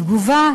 בתגובה,